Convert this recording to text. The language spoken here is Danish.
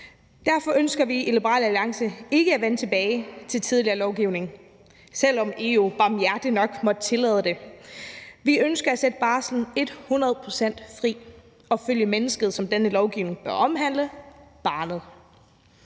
Derfor ønsker vi i Liberal Alliance ikke at vende tilbage til tidligere lovgivning, selv om EU barmhjertigt nok måtte tillade det. Vi ønsker at sætte barslen et hundrede procent fri og lade den følge mennesket, som denne lovgivning bør omhandle: barnet.